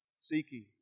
seeking